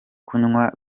kunywa